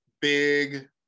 big